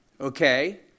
okay